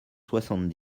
soixante